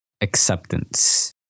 acceptance